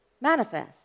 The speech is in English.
manifest